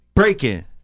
Breaking